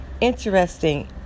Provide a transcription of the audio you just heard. interesting